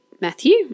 Matthew